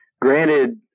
Granted